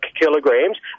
kilograms